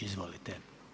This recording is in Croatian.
Izvolite.